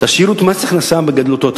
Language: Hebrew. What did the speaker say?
תשאירו את מס ההכנסה בגדלותו,